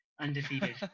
undefeated